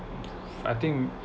I think